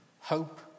Hope